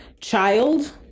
Child